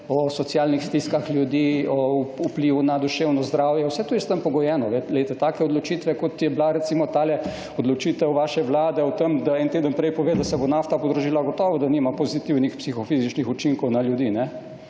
o socialnih stiskah ljudi, o vplivu na duševno zdravje… Vse to je s tem pogojeno. Glejte, take odločitve, kot je bila recimo tale odločitev vaše Vlade, v tem, da en teden prej pove, da se bo nafta podražila, gotovo da nima pozitivnih psihofizičnih učinkov na ljudi,